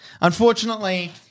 Unfortunately